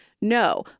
No